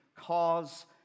cause